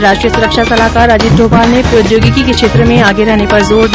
राष्ट्रीय स्रक्षा सलाहकार अजीत डोभाल ने प्रौद्योगिकी के क्षेत्र में आगे रहने पर जोर दिया